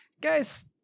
guys